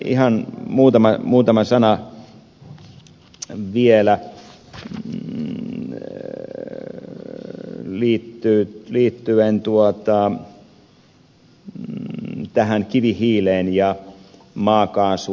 ihan muutama sana vielä liittyen kivihiileen ja maakaasuun